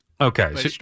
Okay